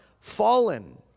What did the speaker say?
fallen